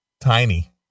Tiny